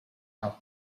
our